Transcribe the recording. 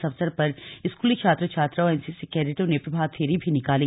इस अवसर पर स्कूली छात्र छात्राओं एनसीसी कैंडेटों ने प्रभात फेरी भी निकाली